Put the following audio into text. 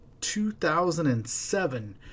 2007